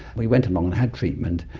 we went along and had treatment,